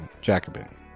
Jacobin